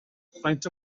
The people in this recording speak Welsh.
faint